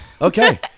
Okay